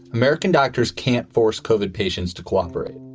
american doctors can't force covered patients to cooperate.